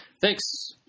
thanks